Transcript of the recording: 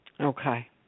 Okay